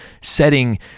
setting